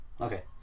okay